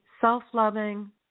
self-loving